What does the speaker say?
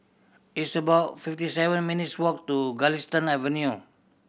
it's about fifty seven minutes' walk to Galistan Avenue